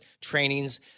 trainings